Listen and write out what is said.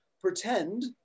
pretend